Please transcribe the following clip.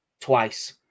twice